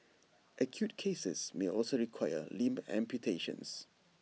acute cases may also require limb amputations